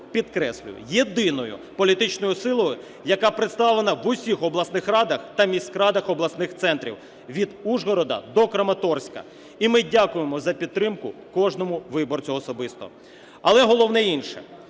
підкреслюю, єдиною політичною силою, яка представлена в усіх обласних радах та міськрадах обласних центрів – від Ужгорода до Краматорська. І ми дякуємо за підтримку кожному виборцю особисто. Але головне інше.